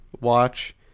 watch